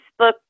Facebook